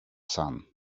son